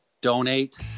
donate